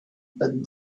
but